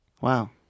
Wow